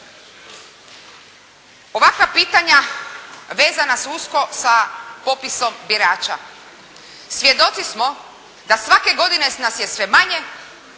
Ovakva pitanja vezana su usko sa popisom birača. Svjedoci smo da svake godine nas je sve manje,